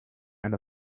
and